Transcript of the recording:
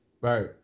Right